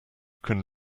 can